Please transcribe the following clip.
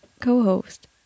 co-host